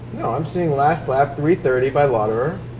no. i'm seeing last lab, three thirty by lotterer.